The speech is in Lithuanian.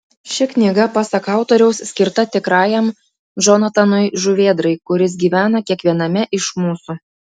ši knyga pasak autoriaus skirta tikrajam džonatanui žuvėdrai kuris gyvena kiekviename iš mūsų